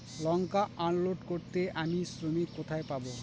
লঙ্কা unload করতে আমি শ্রমিক কোথায় পাবো?